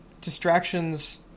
distractions